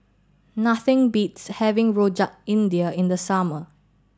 nothing beats having Rojak India in the summer